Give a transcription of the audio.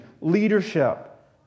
leadership